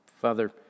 Father